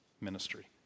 ministry